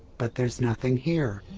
but there's nothing here.